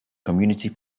community